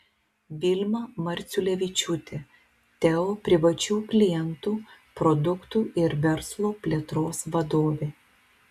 vilma marciulevičiūtė teo privačių klientų produktų ir verslo plėtros vadovė